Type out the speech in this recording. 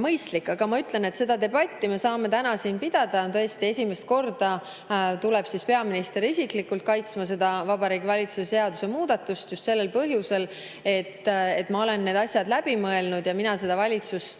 mõistlik. Aga ma ütlen, et seda debatti me saame täna siin pidada. Tõesti, esimest korda tuleb peaminister isiklikult kaitsma Vabariigi Valitsuse seaduse muudatust, just sellel põhjusel, et ma olen need asjad läbi mõelnud ja mina seda valitsust